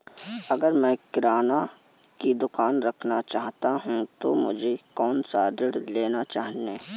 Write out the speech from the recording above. अगर मैं किराना की दुकान करना चाहता हूं तो मुझे कौनसा ऋण लेना चाहिए?